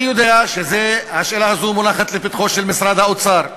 אני יודע שהשאלה הזאת מונחת לפתחו של משרד האוצר,